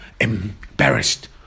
embarrassed